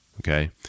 okay